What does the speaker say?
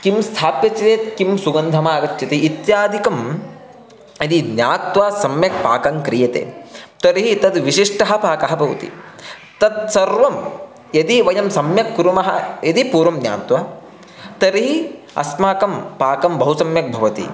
किं स्थाप्यति चेत् कः सुगन्धः आगच्छति इत्यादिकं यदि ज्ञात्वा सम्यक् पाकः क्रियते तर्हि तद् विशिष्टः पाकः भवति तत् सर्वं यदि वयं सम्यक् कुरुमः यदि पूर्वं ज्ञात्वा तर्हि अस्माकं पाकं बहु सम्यक् भवति